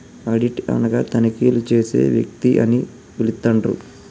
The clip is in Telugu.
ఆడిట్ అనగా తనిఖీలు చేసే వ్యక్తి అని పిలుత్తండ్రు